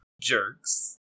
Jerks